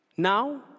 Now